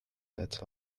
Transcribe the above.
that